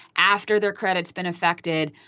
after their credit's been affected.